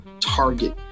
target